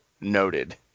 noted